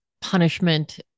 punishment